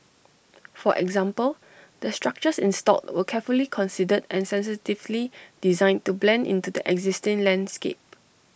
for example the structures installed were carefully considered and sensitively designed to blend into the existing landscape